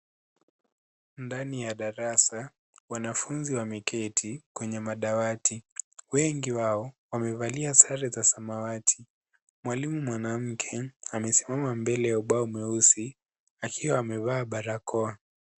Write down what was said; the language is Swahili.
Ndani ya darasa, wanafunzi wameketi kwenye madawati, wengi wao wamevalia sare za samawati. Mwalimu mwanamke amesimama mbele ya ubao mweusi akiwa amevaa barakoa.